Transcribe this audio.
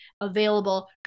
available